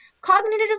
Cognitive